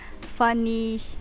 funny